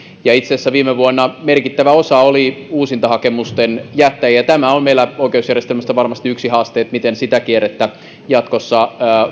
itse asiassa viime vuonna merkittävä osa oli uusintahakemusten jättäjiä ja tämä on meillä oikeusjärjestelmässä varmasti yksi haaste miten sitä kierrettä jatkossa